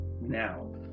now